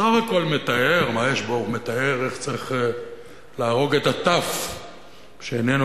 בסך הכול מתאר איך צריך להרוג את הטף שאיננו